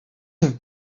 have